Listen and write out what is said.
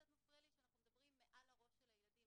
קצת מפריע לי שאנחנו מדברים מעל הראש של הילדים.